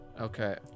Okay